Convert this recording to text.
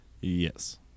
Yes